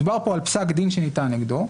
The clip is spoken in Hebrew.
מדובר פה על פסק דין שניתן נגדו.